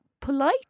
polite